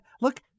look